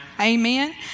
Amen